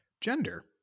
Gender